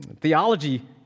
Theology